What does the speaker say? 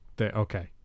Okay